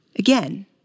Again